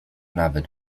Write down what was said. nawet